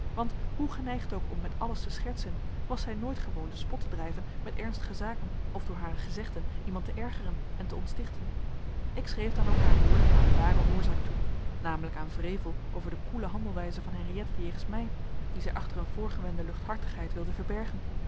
want hoe geneigd ook om met alles te schertsen was zij nooit gewoon den spot te drijven met ernstige zaken of door hare gezegden iemand te ergeren en te ontstichten ik schreef dan ook haar woorden aan de ware oorzaak toe namelijk aan wrevel over de koele handelwijze van henriëtte jegens mij dien zij achter een voorgewende luchthartigheid wilde verbergen